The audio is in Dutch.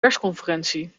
persconferentie